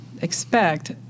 expect